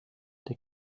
der